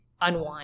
Unwind